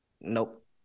Nope